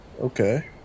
Okay